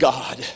God